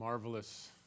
Marvelous